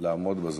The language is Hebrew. לעמוד בזמנים.